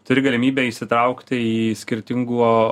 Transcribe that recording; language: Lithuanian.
turi galimybę įsitraukti į skirtingų